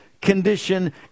condition